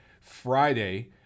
Friday